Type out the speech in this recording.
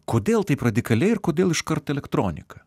kodėl taip radikaliai ir kodėl iškart elektronika